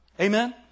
Amen